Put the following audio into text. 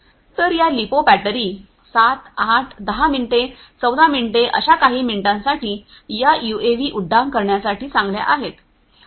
तर या lipo battery 7 8 10 minute 14 मिनिटे अशा काही मिनिटांसाठी या यूएव्ही उड्डाण करण्यासाठी चांगल्या आहेत